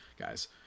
Guys